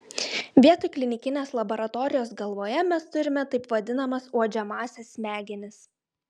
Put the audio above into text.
vietoj klinikinės laboratorijos galvoje mes turime taip vadinamas uodžiamąsias smegenis